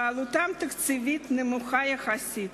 ועלותן התקציבית נמוכה יחסית,